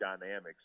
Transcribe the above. dynamics